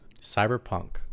Cyberpunk